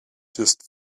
just